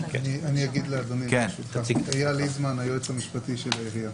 אני אייל איזמן, היועץ המשפטי של העירייה.